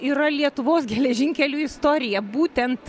yra lietuvos geležinkelių istorija būtent